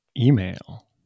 Email